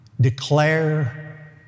declare